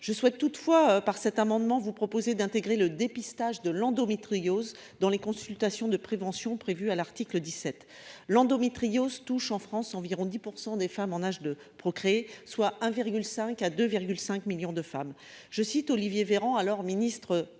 je souhaite toutefois par cet amendement, vous proposer d'intégrer le dépistage de l'endométriose dans les consultations de prévention prévues à l'article 17 l'endométriose touche en France environ 10 % des femmes en âge de procréer, soit 1 virgule 5 à 2 5 millions de femmes, je cite : Olivier Véran, alors ministre de la